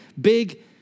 big